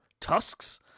tusks